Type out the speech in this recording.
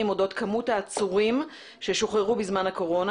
אודות כמות העצורים ששוחררו בזמן הקורונה,